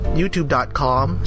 youtube.com